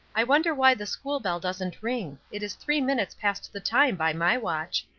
i wonder why the school-bell doesn't ring? it is three minutes past the time by my watch.